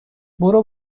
برو